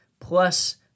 plus